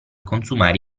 consumare